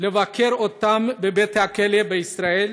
לבקר אותם בבתי-הכלא בישראל,